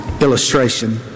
illustration